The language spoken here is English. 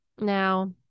Now